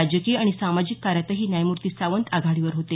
राजकीय आणि सामाजिक कार्यातही न्यायमूर्ती सावंत आघाडीवर होते